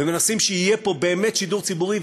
ומנסים שיהיה פה באמת שידור ציבורי,